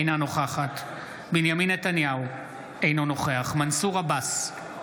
אינה נוכחת בנימין נתניהו, אינו נוכח מנסור עבאס,